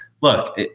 look